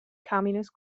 communist